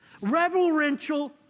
Reverential